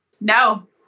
no